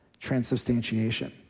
transubstantiation